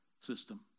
system